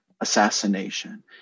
assassination